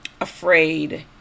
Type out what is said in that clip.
afraid